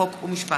חוק ומשפט.